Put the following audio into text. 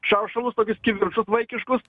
šaršalus tokius kivirčus vaikiškus